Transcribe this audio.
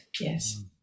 Yes